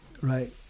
right